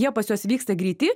jie pas juos vyksta greiti